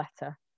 letter